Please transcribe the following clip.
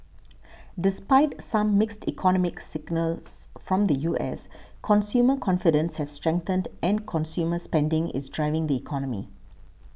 despite some mixed economic signals from the U S consumer confidence has strengthened and consumer spending is driving the economy